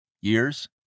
years